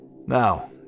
Now